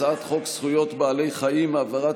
הצעת חוק זכויות בעלי חיים (העברת